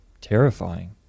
terrifying